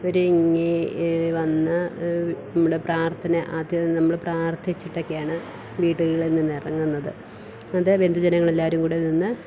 ഒരുങ്ങി വന്ന് നമ്മുടെ പ്രാർത്ഥന ആദ്യമേ നമ്മൾ പ്രാർത്ഥിച്ചിട്ടൊക്കെയാണ് വീടുകളിൽ നിന്നിറങ്ങുന്നത് അത് ബന്ധുജനങ്ങൾ എല്ലാവരും കൂടി നിന്ന്